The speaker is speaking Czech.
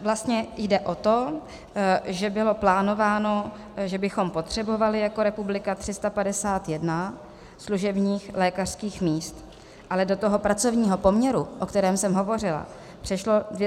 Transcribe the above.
Vlastně jde o to, že bylo plánováno, že bychom potřebovali jako republika 351 služebních lékařských míst, ale do toho pracovního poměru, o kterém jsem hovořila, přešlo 287 lékařů.